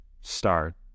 start